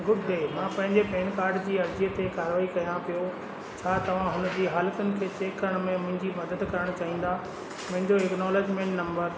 good day मां पंहिंजे PAN card जी अर्जीअ ते कार्यवाई कयां पियो छा तव्हां हुन जी हालतुनि खे चेक करण में मुंहिंजी मदद करण चाहींदा मुंहिंजो इकनोलेजमेंट नंबर